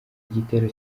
igitero